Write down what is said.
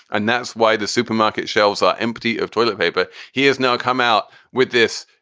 and that's why the supermarket shelves are empty of toilet paper. he has now come out with this